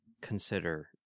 consider